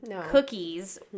cookies